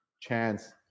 chance